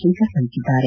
ಶಂಕರ್ ತಿಳಿಸಿದ್ದಾರೆ